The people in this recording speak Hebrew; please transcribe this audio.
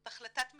זאת החלטת מדיניות.